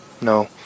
no